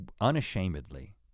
unashamedly